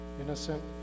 innocent